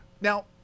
now